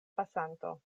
pasanto